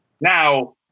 now